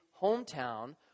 hometown